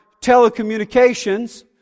telecommunications